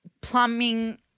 plumbing